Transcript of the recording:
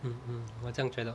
mm mm 我也这样觉得